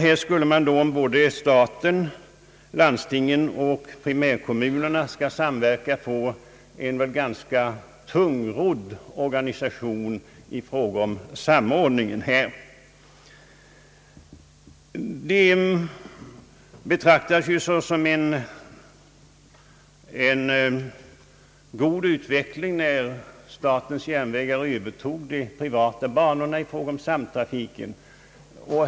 Här skulle både staten och landstingen och primärkommunerna samverka i en ganska tungrodd organisation i fråga om samordning. Det betraktades ju som en god utveckling när statens järnvägar övertog de privata banorna för samtrafik.